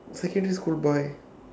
secondary school boy